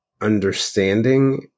understanding